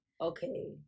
Okay